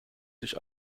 sich